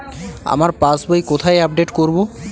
আমার পাস বই কোথায় আপডেট করব?